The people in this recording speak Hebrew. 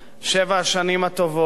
שבע השנים הטובות,